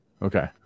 Okay